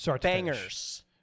Bangers